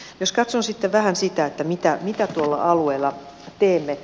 jos katson sitten vähän sitä mitä tuolla alueella teemme